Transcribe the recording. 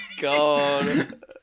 God